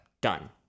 Done